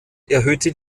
erhöhte